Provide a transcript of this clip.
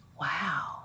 Wow